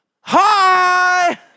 Hi